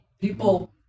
People